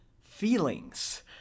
feelings